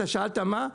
אתה שאלת מה,